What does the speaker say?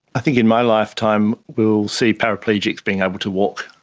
i think in my lifetime we will see paraplegics being able to walk.